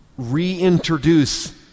reintroduce